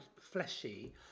fleshy